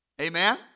Amen